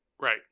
Right